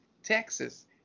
Texas